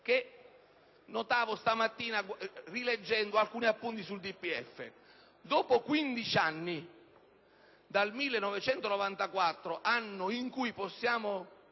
che notavo questa mattina rileggendo alcuni appunti sul DPEF. Dopo 15 anni dal 1994, anno in cui possiamo